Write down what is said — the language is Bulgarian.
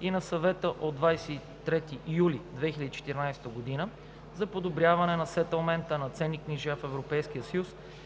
и на Съвета от 23 юли 2014 г. за подобряване на сетълмента на ценни книжа в Европейския съюз